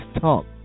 talk